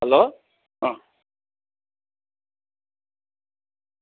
hello अँ